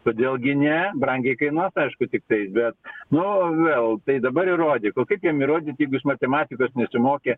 kodėl gi ne brangiai kainuos aišku tiktais bet nu vėl tai dabas įrodyk o kaip jam įrodyt jeigu jis matematikos nesimokė